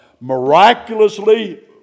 miraculously